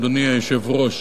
אדוני היושב-ראש,